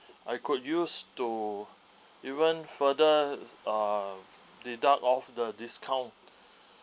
I could use to even further uh deduct off the discount